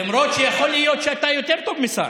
למרות שיכול להיות שאתה יותר טוב משר.